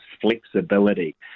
flexibility